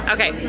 Okay